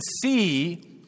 see